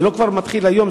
זה לא מתחיל היום.